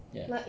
ya